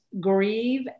grieve